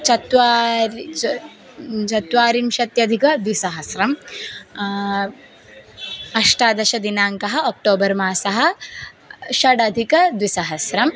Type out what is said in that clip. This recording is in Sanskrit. चत्वारि च चत्वारिंशत्यधिकद्विसहस्रम् अष्टादशदिनाङ्कः अक्टोबर् मासः षडधिकद्विसहस्रम्